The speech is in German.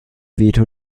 veto